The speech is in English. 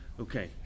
Okay